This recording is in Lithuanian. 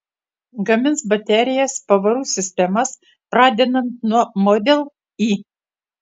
gamins baterijas pavarų sistemas pradedant nuo model y